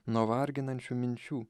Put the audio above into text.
nuo varginančių minčių